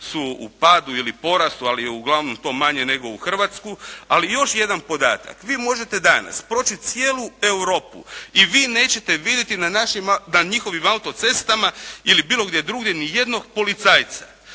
su u padu ili porastu, ali je uglavnom to manje nego u Hrvatskoj. Ali još jedan podatak. Vi možete danas proći cijelu Europu i vi nećete vidjeti na njihovim autocestama ili bilo gdje drugdje, ni jednog policajca.